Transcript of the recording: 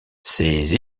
ces